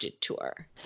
tour